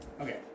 Okay